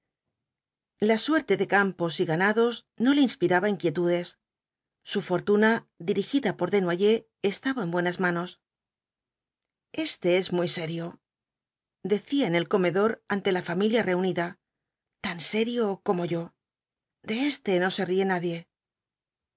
la suerte de campos y ganados no le inspiraba inquietudes su fortuna dirigida por desnoyers estaba en buenas manos este es muy serio decía en el comedor ante la familia reunida tan serio como yo de éste no se ríe nadie